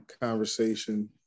conversation